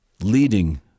leading